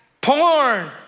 porn